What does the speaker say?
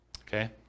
Okay